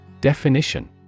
Definition